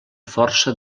força